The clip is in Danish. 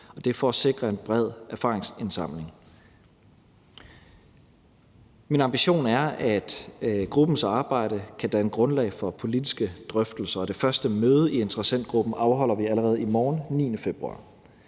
og det er for at sikre en bred erfaringsindsamling. Min ambition er, at gruppens arbejde kan danne grundlag for politiske drøftelser, og det første møde i interessentgruppen afholder vi allerede i morgen, den 9. februar.